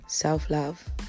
Self-love